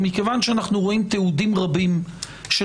כיוון שאנחנו רואים תיעודים רבים של